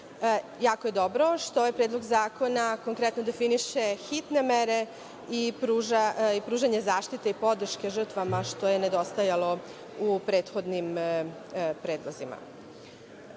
je dobro što predlog zakon konkretno definiše hitne mere i pružanje zaštite i podrške žrtvama, što je nedostajalo u prethodnim predlozima.